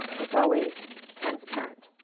it's always transparent.